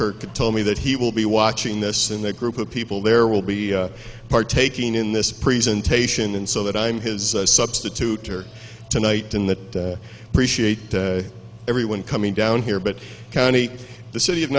kirk told me that he will be watching this and that group of people there will be partaking in this presentation and so that i'm his substitute or tonight in that appreciate everyone coming down here but county the city of